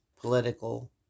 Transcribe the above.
political